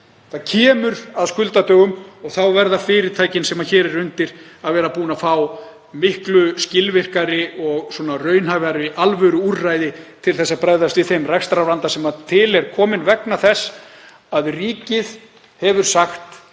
Það kemur að skuldadögum og þá verða fyrirtækin sem hér eru undir að vera búin að fá miklu skilvirkari og raunhæfari alvöruúrræði til að bregðast við þeim rekstrarvanda sem til er kominn vegna þess að ríkið hefur sagt: